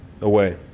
away